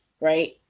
right